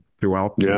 throughout